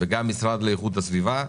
וגם המשרד לאיכות הסביבה.